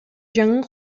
жаңы